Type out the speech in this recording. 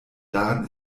daran